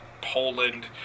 Poland